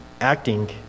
acting